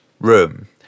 room